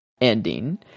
ending